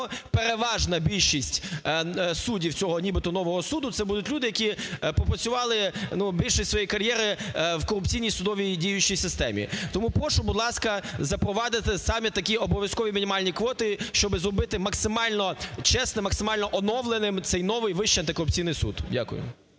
переважна більшість суддів цього нібито нового суду – це будуть люди, які попрацювали, ну, більшість своєї кар'єри в корупційній судовій діючій системі. Тому прошу, будь ласка, запровадити саме такі обов'язкові мінімальні квоти, щоб зробити максимально чесним, максимально оновленим цей новий Вищий антикорупційний суд. Дякую.